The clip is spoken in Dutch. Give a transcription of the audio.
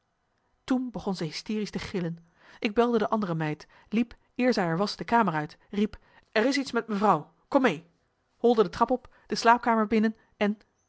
toen begon ze hysterisch te gillen ik belde de andere meid liep eer zij er was de kamer uit riep er is iets met mevrouw kom mee holde de trap op de slaapkamer binnen en